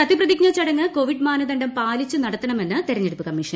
സത്യപ്രതിജ്ഞ ചടങ്ങ് കോവിഡ് മാനദണ്ഡം പാലിച്ച് നടത്തണമെന്ന് തെരഞ്ഞെടുപ്പ് കമ്മീഷൻ